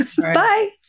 Bye